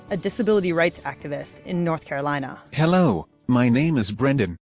a disability rights activist in north carolina hello, my name is brendon.